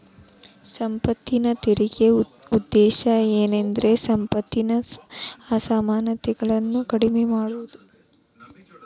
ಸಂಪತ್ತಿನ ತೆರಿಗೆ ಉದ್ದೇಶ ಏನಂದ್ರ ಸಂಪತ್ತಿನ ಅಸಮಾನತೆಗಳನ್ನ ಕಡಿಮೆ ಮಾಡುದು